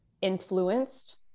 influenced